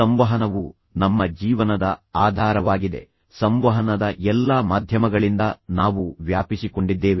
ಸಂವಹನವು ನಮ್ಮ ಜೀವನದ ಆಧಾರವಾಗಿದೆ ಸಂವಹನದ ಎಲ್ಲಾ ಮಾಧ್ಯಮಗಳಿಂದ ನಾವು ವ್ಯಾಪಿಸಿಕೊಂಡಿದ್ದೇವೆ